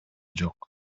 жок